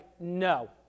no